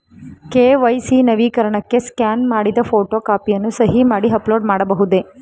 KYC ನವೀಕರಣಕ್ಕೆ scan ಮಾಡಿದ photo ಕಾಪಿಯನ್ನು ಸಹಿ ಮಾಡಿ ಅಪ್ಲೋಡ್ ಮಾಡಬಹುದೇ?